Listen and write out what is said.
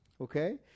okay